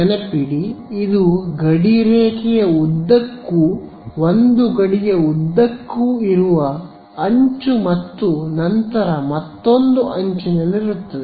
ನೆನಪಿಡಿ ಇದು ಗಡಿರೇಖೆಯ ಉದ್ದಕ್ಕೂ ಒಂದು ಗಡಿಯ ಉದ್ದಕ್ಕೂ ಇರುವ ಅಂಚು ಮತ್ತು ನಂತರ ಮತ್ತೊಂದು ಅಂಚಿನಲ್ಲಿರುತ್ತದೆ